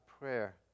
prayer